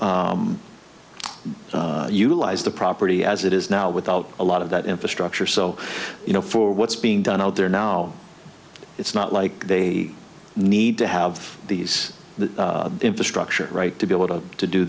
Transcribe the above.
utilize the property as it is now without a lot of that infrastructure so you know for what's being done out there now it's not like they need to have these the infrastructure right to be able to to do